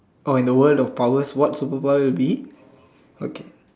oh in the world of powers what superpowers will be